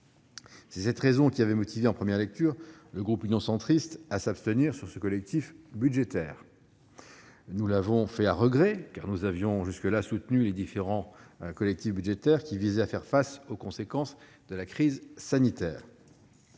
C'est cette raison qui avait poussé, en première lecture, le groupe Union Centriste à s'abstenir sur ce collectif budgétaire. Nous l'avons fait à regret, car nous avions jusque-là voté les différents budgets rectificatifs qui visaient à faire face aux conséquences de la crise sanitaire.